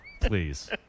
Please